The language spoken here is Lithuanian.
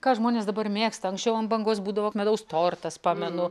ką žmonės dabar mėgsta anksčiau ant bangos būdavo medaus tortas pamenu